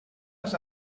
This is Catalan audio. els